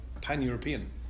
pan-European